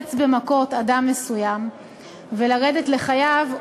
לפוצץ במכות אדם מסוים ולרדת לחייו,